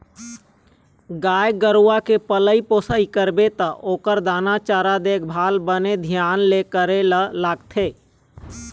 गाय गरूवा के पलई पोसई करबे त ओखर दाना चारा, देखभाल बने धियान ले करे ल लागथे